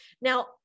Now